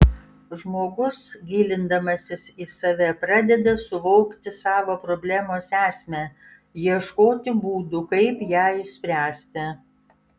žmogus gilindamasis į save pradeda suvokti savo problemos esmę ieškoti būdų kaip ją išspręsti